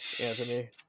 Anthony